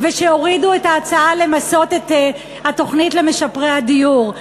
ושהורידו את ההצעה למסות את התוכנית למשפרי הדיור,